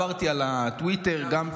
עברתי על הטוויטר גם,